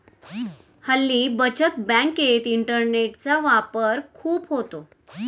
हल्ली बचत बँकेत इंटरनेटचा वापर खूप होतो